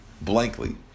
blankly